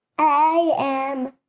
i am